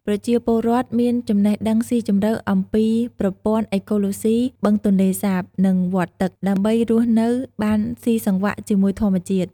ប្រជាពលរដ្ឋមានចំណេះដឹងស៊ីជម្រៅអំពីប្រព័ន្ធអេកូឡូស៊ីបឹងទន្លេសាប និងវដ្តទឹក ដើម្បីរស់នៅបានស៊ីសង្វាក់ជាមួយធម្មជាតិ។